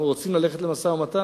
אנו רוצים ללכת למשא-ומתן.